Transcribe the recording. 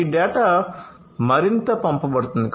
ఈ డేటా మరింత పంపబడుతుంది